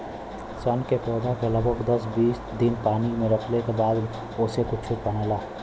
सन के पौधा के लगभग दस दिन पानी में रखले के बाद ओसे कुछो बनला